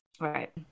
Right